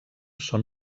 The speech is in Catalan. són